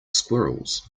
squirrels